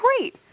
great